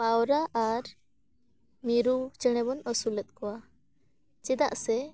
ᱯᱟᱣᱨᱟ ᱟᱨ ᱢᱤᱨᱩ ᱪᱮᱬᱮ ᱵᱚᱱ ᱟᱹᱥᱩᱞᱮᱫ ᱠᱚᱣᱟ ᱪᱮᱫᱟᱜ ᱥᱮ